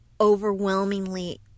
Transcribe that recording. overwhelmingly